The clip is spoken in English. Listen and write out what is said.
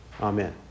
Amen